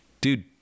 dude